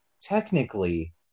technically